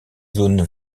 zones